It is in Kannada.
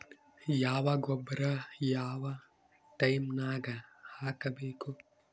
ಯಾವ ಗೊಬ್ಬರ ಯಾವ ಟೈಮ್ ನಾಗ ಹಾಕಬೇಕು?